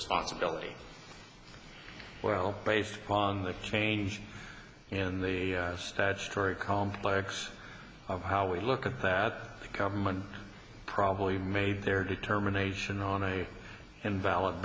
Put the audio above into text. responsibility well based upon the change in the statutory complex of how we look at that the government probably made their determination on ai and valid